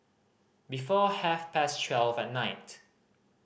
before half past twelve at night